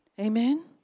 amen